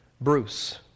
Bruce